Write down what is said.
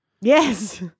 Yes